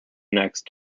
next